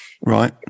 right